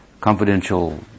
Confidential